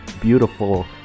beautiful